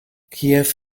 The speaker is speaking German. kiew